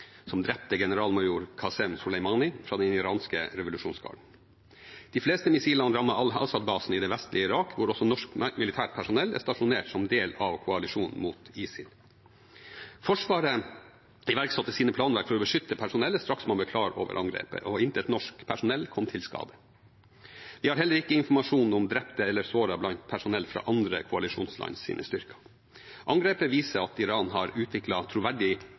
som drepte generalmajor Qasem Soleimani fra den iranske revolusjonsgarden. De fleste missilene rammet Al-Assad-basen i det vestlige Irak, hvor også norsk militært personell er stasjonert som del av koalisjonen mot ISIL. Forsvaret iverksatte sine planverk for å beskytte personellet straks man ble klar over angrepet, og intet norsk personell kom til skade. Vi har heller ikke informasjon om drepte eller sårede blant personell fra andre koalisjonsland sine styrker. Angrepet viser at Iran har